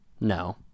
No